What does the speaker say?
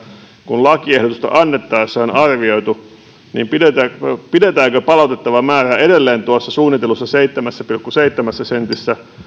kuin lakiehdotusta annettaessa on arvioitu niin pidetäänkö pidetäänkö palautettava määrä edelleen tuossa suunnitellussa seitsemässä pilkku seitsemässä sentissä